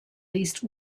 least